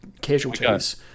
casualties